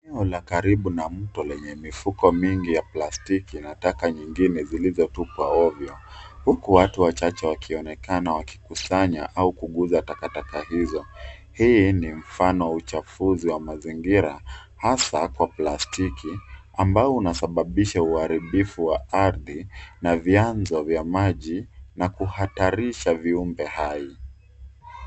Eneo la karibu na mto lenye mifuko mingi ya plastiki, na taka nyingine zilizotupwa ovyo. Huku watu wachache wakionekana wakikusanya au kuguza takataka hizo. Hii ni mfano wa uchafuzi wa mazingira, hasa kwa plastiki ambao unasababisha uharibifu wa ardhi na vyanzo vya maji na kuhatarisha viumbe hai.